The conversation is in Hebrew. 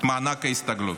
מענק הסתגלות.